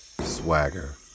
swagger